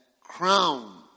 crown